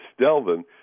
Stelvin